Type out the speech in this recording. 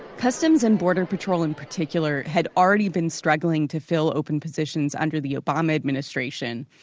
customs and border protectionl in particular had already been struggling to fill open positions under the obama administration.